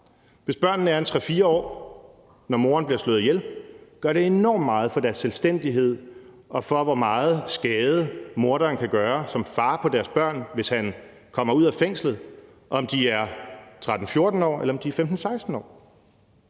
Hvis børnene er 3-4 år, når moren bliver slået ihjel, gør det enormt meget for deres selvstændighed og for, hvor meget skade morderen kan gøre som far på deres børn, hvis han kommer ud af fængslet, om de er 13-14 år, eller om de er 15-16 år.